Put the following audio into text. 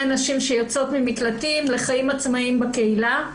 נשים שיוצאות ממקלטים לחיים עצמאיים בקהילה,